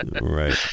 right